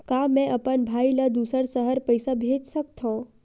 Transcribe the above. का मैं अपन भाई ल दुसर शहर पईसा भेज सकथव?